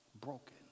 broken